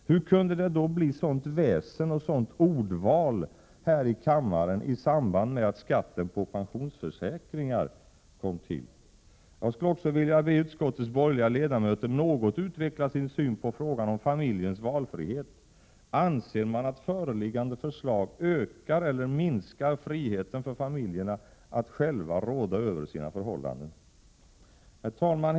Hur kunde det då bli sådant väsen och sådant ordval här i kammaren i samband med att skatten på pensionsförsäkringar kom till? Jag skulle också vilja be utskottets borgerliga ledamöter något utveckla sin syn på frågan om familjens valfrihet. Anser de att föreliggande förslag ökar eller minskar friheten för familjerna att själva råda över sina förhållanden? Herr talman!